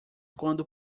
quando